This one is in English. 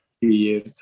years